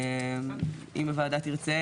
אם הוועדה תרצה,